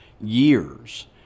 years